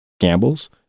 gambles